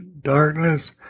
Darkness